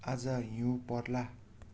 आज हिउँ पर्ला